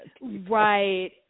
Right